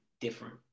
different